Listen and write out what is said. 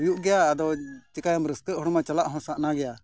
ᱦᱩᱭᱩᱜ ᱜᱮᱭᱟ ᱟᱫᱚ ᱪᱮᱠᱟᱭᱟᱢ ᱨᱟᱹᱥᱠᱟᱹᱜ ᱦᱚᱲ ᱢᱟ ᱪᱟᱞᱟᱜ ᱦᱚᱸ ᱥᱟᱱᱟ ᱜᱮᱭᱟ